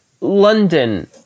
London